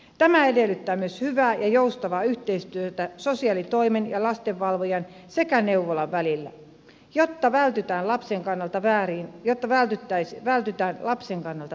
tämä edellyttää myös hyvää ja joustavaa yhteistyötä sosiaalitoimen ja lastenvalvojan sekä neuvolan välillä jotta vältytään lapsen kannalta vääriltä ratkaisuilta